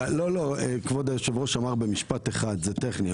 כבוד היושב-ראש אמר במשפט אחד: זה טכני.